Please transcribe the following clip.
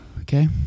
Okay